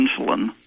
insulin